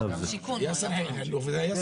גם שר שיכון הוא היה.